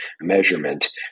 measurement